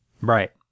Right